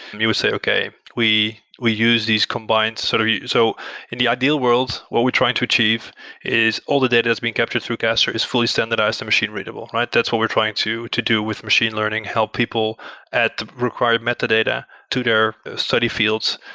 you would say, okay, we we use these combined sort of so in the ideal world, what we're trying to achieve is all the data is being captured through castor is fully standardized and machine readable, right? that's what we're trying to to do with machine learning, help people add to require metadata to their study fields,